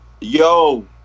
Yo